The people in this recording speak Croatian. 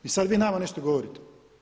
I sada vi nama nešto govorite.